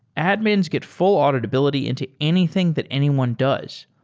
admins get full auditability into anything that anyone does.